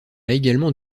également